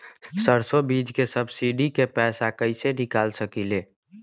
सरसों बीज के सब्सिडी के पैसा कईसे निकाल सकीले?